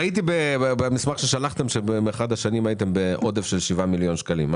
ראיתי במסמך ששלחתם שבאחת השנים היה לכם עודף של 7 מיליון שקלים,